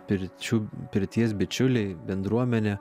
pirčių pirties bičiuliai bendruomenė